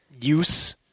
use